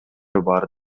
бар